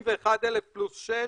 הוכנסו 81,000 פלוס 6,000,